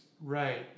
Right